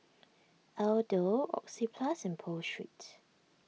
Aldo Oxyplus and Pho Street